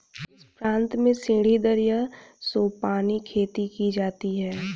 किस प्रांत में सीढ़ीदार या सोपानी खेती की जाती है?